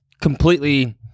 completely